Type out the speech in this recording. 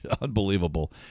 Unbelievable